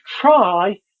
try